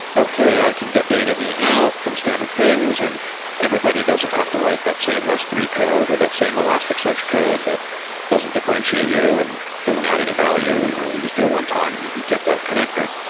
okay, i can get data in and out from standard things and everybody doesn't have to write that same s three code or that same elasticsearch code that doesn't differentiate you and doesn't add any value. you know you just do it one time and you you get that connector.